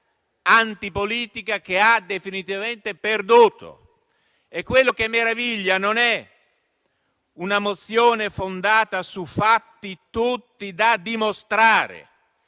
antipolitica che ha definitivamente perduto. Ciò che meraviglia non è una mozione fondata su fatti tutti da dimostrare,